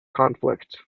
conflict